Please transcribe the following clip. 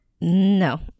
No